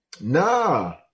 Nah